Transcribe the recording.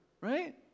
Right